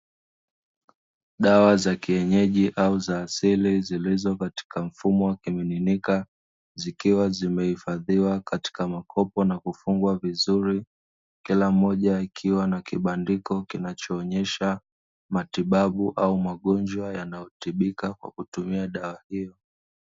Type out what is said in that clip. Dawa za kienyeji au za asili zilizo katika mfumo wa kimiminika zikiwa zimehifadhiwa katika makopo na kufungwa vizuri, kila moja ikiwa na kibandiko kinachoonyesha matibabu au magonjwa yanayotibika kwa kutumia dawa hiyo.